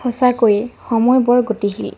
সঁচাকৈয়ে সময় বৰ গতিশীল